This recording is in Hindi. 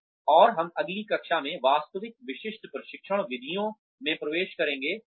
और हम अगली कक्षा में वास्तविक विशिष्ट प्रशिक्षण विधियों में प्रवेश करेंगे